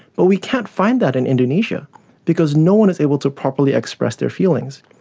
but we can't find that in indonesia because no one is able to properly express their feelings.